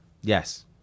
Yes